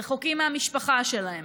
רחוקים מהמשפחה שלהם,